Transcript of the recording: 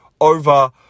over